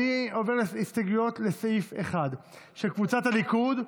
אני עובר להסתייגויות לסעיף 1, של קבוצת הליכוד.